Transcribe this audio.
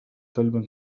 كلب